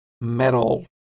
metal